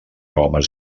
homes